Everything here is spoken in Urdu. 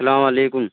السلام علیکم